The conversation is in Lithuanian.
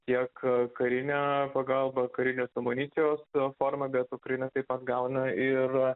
tiek karinę pagalbą karinės amunicijos forma bet ukraina taip pat gauna ir